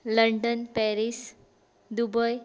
London Paris Dubai